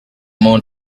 moon